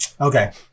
Okay